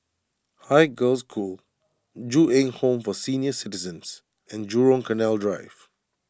Haig Girls' School Ju Eng Home for Senior Citizens and Jurong Canal Drive